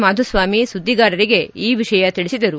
ಮಾಧುಸ್ವಾಮಿ ಸುದ್ದಿಗಾರರಿಗೆ ಈ ವಿಷಯ ತಿಳಿಸಿದರು